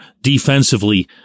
defensively